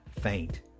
faint